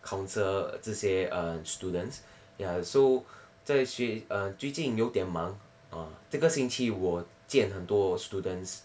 counsel 这些 err students ya so 再续 err 最近有点忙啊这个星期我见很多 students